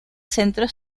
centro